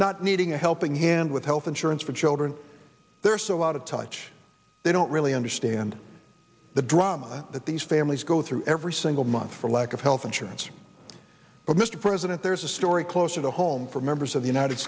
not needing a helping hand with health insurance for children they're so out of touch they don't really understand the drama that these families go through every single month for lack of health insurance but mr president there's a story closer to home for members of the united